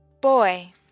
boy